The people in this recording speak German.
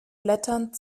blätternd